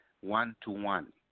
one-to-one